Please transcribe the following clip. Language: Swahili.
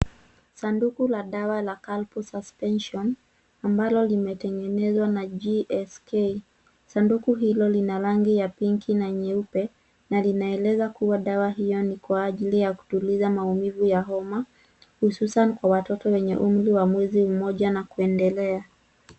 Sanduku la dawa la Calpol Suspension ambalo limetengenezwa na GSK. Sanduku hilo lina rangi ya pinki na nyeupe na linaeleza kuwa dawa hiyo ni kwa ajili ya kutuliza maumivu ya homa, hususan kwa watoto wenye umri wa mwezi moja na kuendelea.